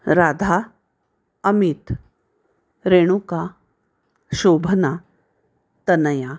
Radha Amit Renuka Shobhana Tanaya